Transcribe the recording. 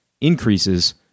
increases